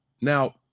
Now